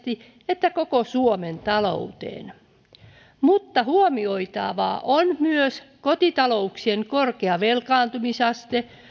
että koko suomen talouteen mutta huomioitavaa on myös kotitalouksien korkea velkaantumisaste